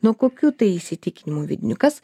nuo kokių tai įsitikinimų vidinių kas